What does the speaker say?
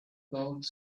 booth